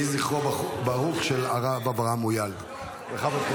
יהי זכרו של הרב אברהם מויאל ברוך.